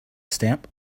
stamp